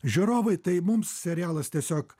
žiūrovai tai mums serialas tiesiog